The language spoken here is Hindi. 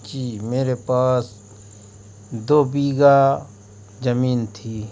जी मेरे पास दो बीघाा ज़मीन थी